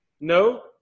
No